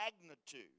magnitude